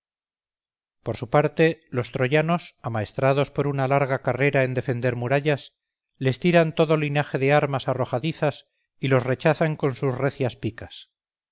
por su parte los troyanos amaestrados por una larga carrera en defender murallas les tiran todo linaje de armas arrojadizas y los rechazan con sus recias picas